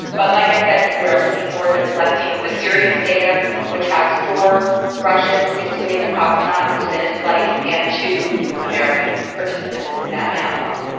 but like i said, we are looking forward to collecting the sirius data which has four russians, including a cosmonaut who has been in flight, and two american participants in that analogue.